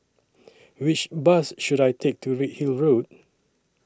Which Bus should I Take to Redhill Road